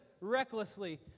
recklessly